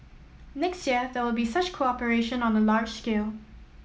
next year there will be such cooperation on a large scale